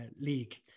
league